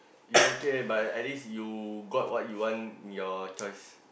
is okay but at least you got what you want in your choice